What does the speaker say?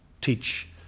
teach